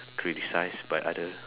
criticised by other